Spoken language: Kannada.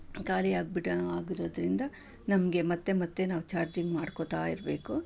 ಖಾಲಿಯಾಗ್ಬಿಟ್ರೆ ಆಗಿರೋದ್ರಿಂದ ನಮಗೆ ಮತ್ತೆ ಮತ್ತೆ ನಾವು ಚಾರ್ಜಿಂಗ್ ಮಾಡ್ಕೊಳ್ತಾಯಿರ್ಬೇಕು